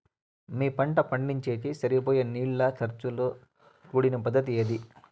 మీ పంట పండించేకి సరిపోయే నీళ్ల ఖర్చు తో కూడిన పద్ధతి ఏది?